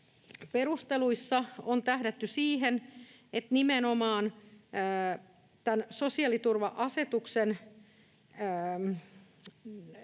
perusteluissa on tähdätty siihen, että nimenomaan tämän sosiaaliturva-asetuksen